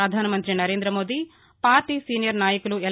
ప్రధానమంతి Narendra Modi party senior నాయకులు L